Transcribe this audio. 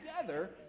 together